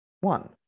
one